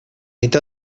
nit